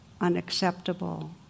unacceptable